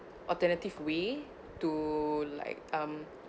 alternative way to like um